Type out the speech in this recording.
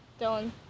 Dylan